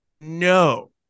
No